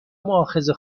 مواخذه